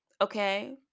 okay